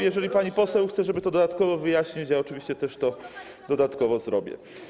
Jeżeli pani poseł chce, żeby to dodatkowo wyjaśnić, oczywiście też to dodatkowo zrobię.